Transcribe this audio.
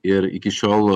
ir iki šiol